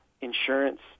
insurance